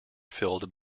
filled